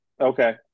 Okay